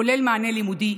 כולל מענה לימודי,